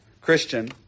Christian